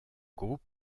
groupe